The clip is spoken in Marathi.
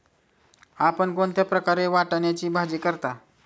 आपण कोणत्या प्रकारे वाटाण्याची भाजी करता?